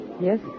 Yes